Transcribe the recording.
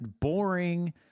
boring